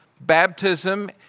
Baptism